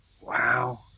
Wow